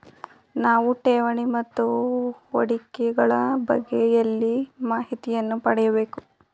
ನಾವು ಠೇವಣಿ ಮತ್ತು ಹೂಡಿಕೆ ಗಳ ಬಗ್ಗೆ ಎಲ್ಲಿ ಮಾಹಿತಿಯನ್ನು ಪಡೆಯಬೇಕು?